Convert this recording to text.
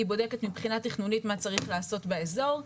היא בודקת מבחינה תכנונית מה צריך לעשות באזור.